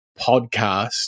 podcast